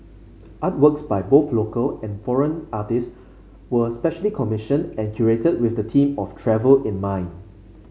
artworks by both local and foreign artists were specially commissioned and curated with the theme of travel in mind